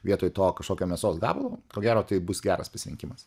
vietoj to kažkokio mėsos gabalo ko gero tai bus geras pasirinkimas